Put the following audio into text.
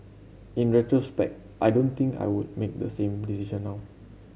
in retrospect I don't think I would make the same decision now